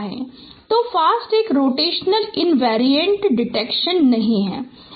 तो FAST एक rotational invariant detection नहीं है